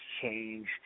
changed